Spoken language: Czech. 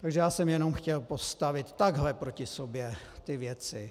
Takže já jsem jenom chtěl postavit takhle proti sobě ty věci.